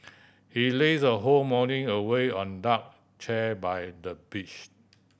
she lazed her whole morning away on deck chair by the beach